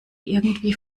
irgendwie